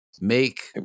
make